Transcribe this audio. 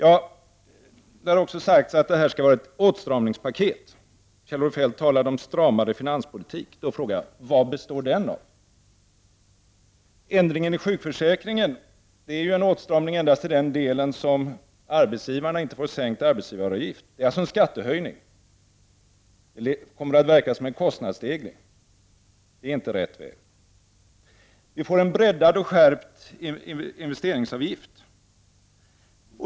Det har också sagts att detta skall vara ett åtstramningspaket. Kjell-Olof Feldt talade om en stramare finanspolitik. Jag vill då fråga: Vad består den av? Ändringen i sjukförsäkringen är en åtstramning endast i den delen. Arbetsgivarna får inte en sänkt arbetsgivaravgift, och det innebär alltså en skattehöjning. Det kommer att verka kostnadsstegrande. Det är inte rätt väg. Vi får en breddad och skärpt investeringsavgift.